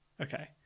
okay